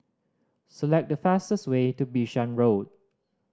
select the fastest way to Bishan Road